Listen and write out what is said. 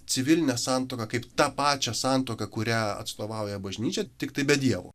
civilinę santuoką kaip tą pačią santuoką kurią atstovauja bažnyčia tiktai be dievo